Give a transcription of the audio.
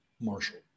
Marshall